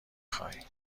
خوای